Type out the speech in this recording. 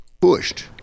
pushed